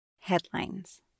headlines